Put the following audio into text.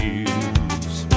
use